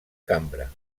cambra